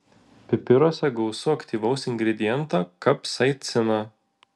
pipiruose gausu aktyvaus ingrediento kapsaicino